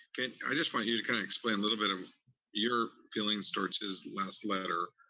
and i just want you to kinda explain a little bit of your feelings towards his last letter,